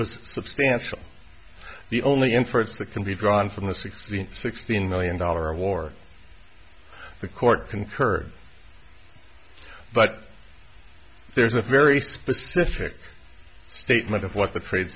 was substantial the only inference that can be drawn from the sixteen sixteen million dollar war the court concurred but there's a very specific statement of what the trade